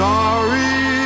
Sorry